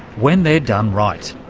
when they're done right.